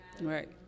Right